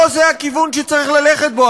לא זה הכיוון שצריך ללכת בו,